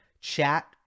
chat